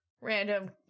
random